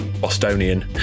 Bostonian